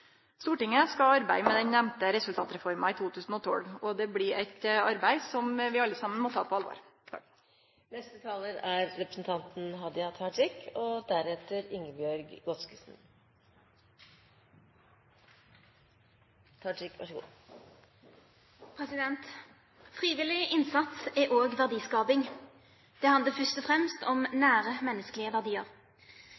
Stortinget skal arbeide med den nemnde resultatreforma i 2012. Det blir eit arbeid som vi alle må ta på alvor. Frivillig innsats er også verdiskaping. Det handler først og fremst om nære, menneskelige verdier. Statistisk sentralbyrå har regnet ut hva verdiskapingen som de ideelle og frivillige organisasjonene står for, betyr i kroner og